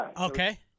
Okay